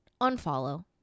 unfollow